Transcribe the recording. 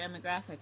demographic